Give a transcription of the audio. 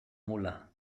mula